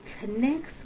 connects